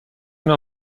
نوع